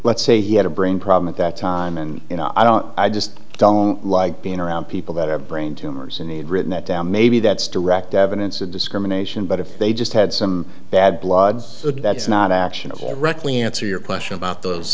let's say he had a brain problem at that time and you know i don't i just don't like being around people that are brain tumors and he had written that down maybe that's direct evidence of discrimination but if they just had some bad blood that's not actionable regularly answer your question about those